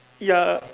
ya